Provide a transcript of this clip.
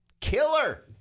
Killer